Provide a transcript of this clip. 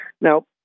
Now